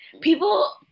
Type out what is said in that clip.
people